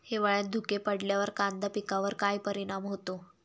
हिवाळ्यात धुके पडल्यावर कांदा पिकावर काय परिणाम होतो?